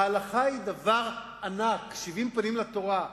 ההלכה היא דבר ענק, שבעים פנים לתורה,